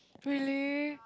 really